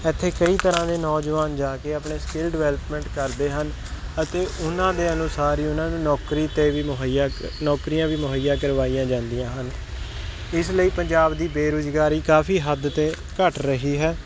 ਇੱਥੇ ਕਈ ਤਰ੍ਹਾਂ ਦੇ ਨੌਜਵਾਨ ਜਾ ਕੇ ਆਪਣੇ ਸਕਿਲ ਡਿਵੈਲਪਮੈਂਟ ਕਰਦੇ ਹਨ ਅਤੇ ਉਹਨਾਂ ਦੇ ਅਨੁਸਾਰ ਹੀ ਉਹਨਾਂ ਨੂੰ ਨੌਕਰੀ 'ਤੇ ਵੀ ਮੁਹੱਈਆ ਨੌਕਰੀਆਂ ਵੀ ਮੁਹੱਈਆ ਕਰਵਾਈਆਂ ਜਾਂਦੀਆਂ ਹਨ ਇਸ ਲਈ ਪੰਜਾਬ ਦੀ ਬੇਰੁਜ਼ਗਾਰੀ ਕਾਫੀ ਹੱਦ 'ਤੇ ਘੱਟ ਰਹੀ ਹੈ